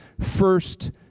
first